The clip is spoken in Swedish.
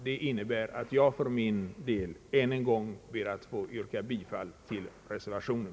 För min del ber jag än en gång att få yrka bifall till reservationen.